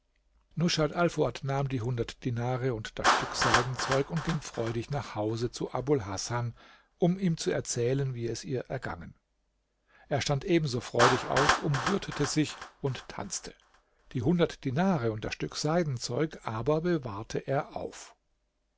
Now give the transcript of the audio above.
rushat alfuad nahm die hundert dinare und das stück seidenzeug und ging freudig nach hause zu abul hasan um ihm zu erzählen wie es ihr ergangen er stand ebenso freudig auf umgürtete sich und tanzte die hundert dinare und das stück seidenzeug aber bewahrte er auf